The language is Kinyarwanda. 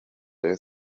rayon